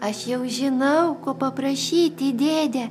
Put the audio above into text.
aš jau žinau ko paprašyti dėde